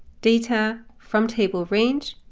data, from table range.